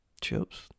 Chips